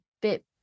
bit